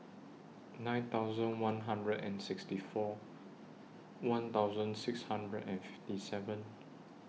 nine thousand one hundred and sixty four one thousand six hundred and fifty seven